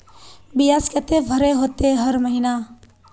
बियाज केते भरे होते हर महीना?